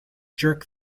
jerk